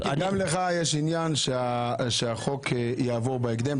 גם לך יש עניין שהחוק יעבור בהקדם.